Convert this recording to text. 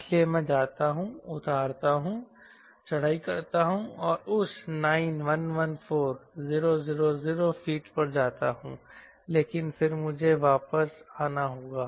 इसलिए मैं जाता हूं उतारता हूं चढ़ाई करता हूं उस 9114000 फीट पर जाता हूं लेकिन फिर मुझे वापस आना होगा